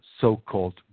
so-called